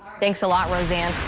thanks a lot, rose-ann.